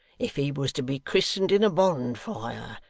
if he was to be christened in a bonfire,